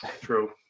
true